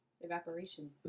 Evaporation